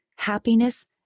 happiness